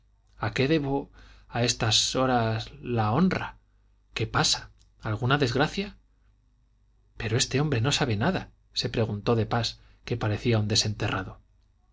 a qué debo a estas horas la honra qué pasa alguna desgracia pero este hombre no sabe nada se preguntó de pas que parecía un desenterrado